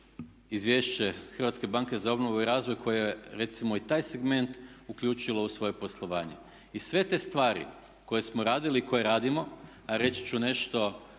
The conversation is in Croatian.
izvješće Hrvatske banke za obnovu i razvoj koje je recimo i taj segment uključilo u svoje poslovanje. I sve te stvari koje smo radili i koje radimo a reći ću nešto